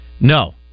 No